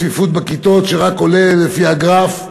צפיפות בכיתות שרק עולה לפי הגרף,